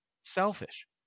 selfish